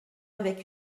avec